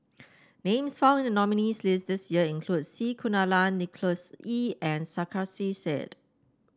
names found in the nominees' list this year include C Kunalan Nicholas Ee and Sarkasi Said